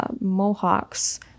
Mohawks